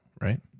right